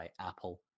Apple